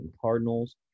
Cardinals